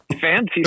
fancy